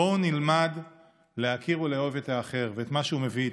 בואו נלמד להכיר וללמוד את האחר ואת מה שהוא מביא איתו.